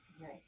Right